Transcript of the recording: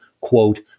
quote